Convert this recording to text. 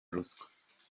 ruswa